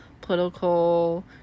political